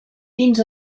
fins